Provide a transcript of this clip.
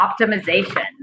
optimization